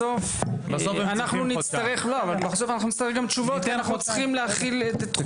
בסוף אנחנו נצטרך גם תשובות כי אנחנו צריכים להחיל את תחולת החוק.